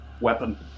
weapon